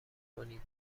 کنید